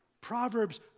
Proverbs